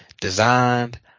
designed